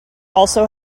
also